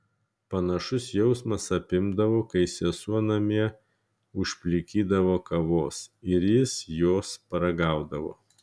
panašus jausmas apimdavo kai sesuo namie užplikydavo kavos ir jis jos paragaudavo